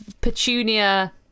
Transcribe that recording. Petunia